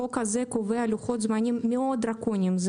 החוק קובע לוחות זמנים מאוד דרקוניים.